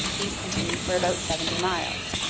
these continue for about seventy miles,